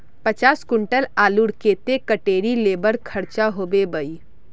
पचास कुंटल आलूर केते कतेरी लेबर खर्चा होबे बई?